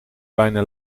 bijna